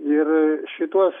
ir šituos